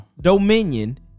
Dominion